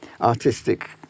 artistic